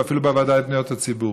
ואפילו בוועדה לפניות הציבור.